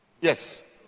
yes